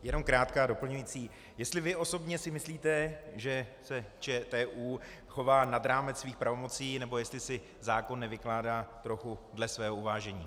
Jenom krátká doplňující jestli vy osobně si myslíte, že se ČTÚ chová nad rámec svých pravomocí nebo jestli si zákon nevykládá trochu dle svého uvážení.